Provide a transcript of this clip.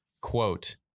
quote